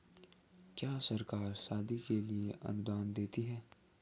क्या सरकार शादी के लिए अनुदान देती है?